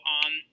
on